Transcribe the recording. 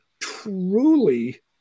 truly